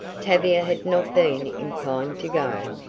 tavia had not been inclined to go.